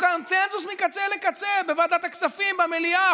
קונסנזוס מקצה לקצה בוועדת הכספים ובמליאה,